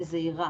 זהירה